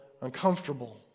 uncomfortable